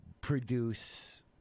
produce